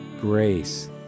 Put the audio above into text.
grace